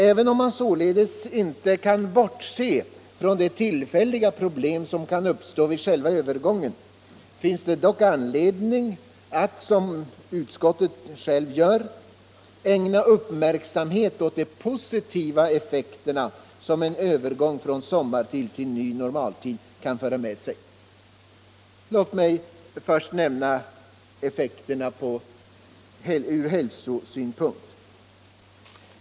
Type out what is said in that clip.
Även om man således inte kan bortse från de tillfälliga problem som kan uppstå vid själva övergången finns det dock anledning att, som utskottet gör, ägna uppmärksamhet åt de positiva effekter som en övergång till sommartid eller ny normaltid kan föra med sig, Låt mig först nämna effekterna ur hälsosynpunkt.